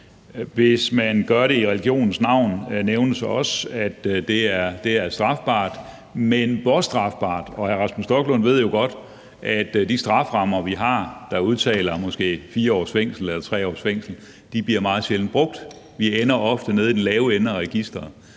Hvis man gør det i religionens navn, nævnes det også, at det er strafbart, men hvor strafbart? Hr. Rasmus Stoklund ved jo godt, at de strafferammer på måske 3 eller 4 års fængsel meget sjældent bliver brugt, for vi ender ofte nede i den lave ende af registeret.